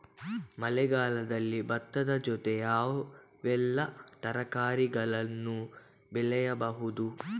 ಮಳೆಗಾಲದಲ್ಲಿ ಭತ್ತದ ಜೊತೆ ಯಾವೆಲ್ಲಾ ತರಕಾರಿಗಳನ್ನು ಬೆಳೆಯಬಹುದು?